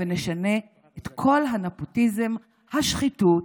ונשנה את כל הנפוטיזם, השחיתות,